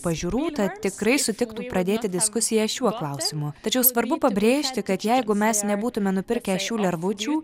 pažiūrų tad tikrai sutiktų pradėti diskusiją šiuo klausimu tačiau svarbu pabrėžti kad jeigu mes nebūtume nupirkę šių lervučių